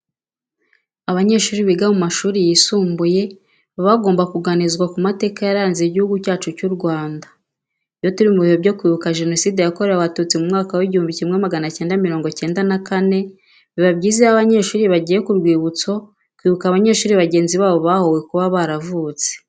Abanyeshuri biga mu mashuri yisumbuye baba bagomba kuganirizwa ku mateka yaranze Igihugu cyacu cy'u Rwanda. Iyo turi mu bihe twibuka Jenoside yakorewe Abatutsi mu mwaka w'igihumbi kimwe magana cyenda mirongo cyenda na kane, biba byiza iyo aba banyeshuri bagiye ku rwibutso kwibuka abanyeshuri bagenzi babo bahowe kuba baravutse.